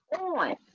on